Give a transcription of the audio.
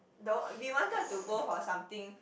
no we wanted to go for something